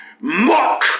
Mock